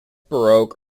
baroque